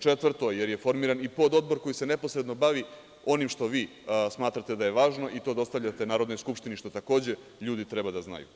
Četvrto, jer je formiran i Pododbor koji se neposredno bavi onim što vi smatrate da je važno i to dostavljate Narodnoj skupštini, što takođe, ljudi treba da znaju,